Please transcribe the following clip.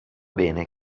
bene